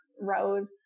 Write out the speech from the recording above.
road